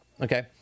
okay